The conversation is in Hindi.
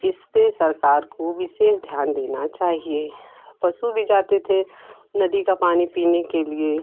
इसपे सरकार को विशेष ध्यान देना चाहिए पशु भी जाते थे नदी का पानी पीने के लिए